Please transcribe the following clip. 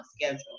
schedule